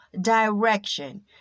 direction